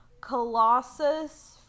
Colossus